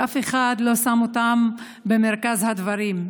ואף אחד לא שם אותם במרכז הדברים.